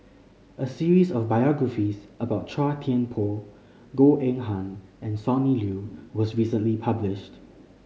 a series of biographies about Chua Thian Poh Goh Eng Han and Sonny Liew was recently published